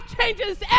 changes